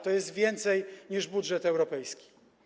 To jest więcej niż budżet europejski.